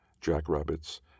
Jackrabbits